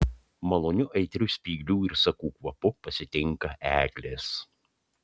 maloniu aitriu spyglių ir sakų kvapu pasitinka eglės